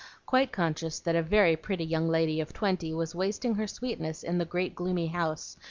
quite conscious that a very pretty young lady of twenty was wasting her sweetness in the great gloomy house,